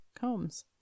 combs